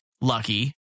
lucky